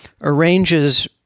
arranges